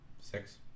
six